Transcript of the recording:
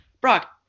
Brock